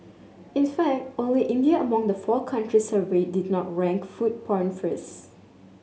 in fact only India among the four countries surveyed did not rank food porn first